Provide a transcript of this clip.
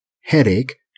headache